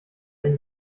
ein